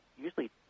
usually